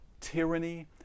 tyranny